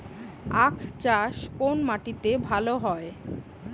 আখ চাষ কোন মাটিতে ভালো হয়?